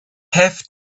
have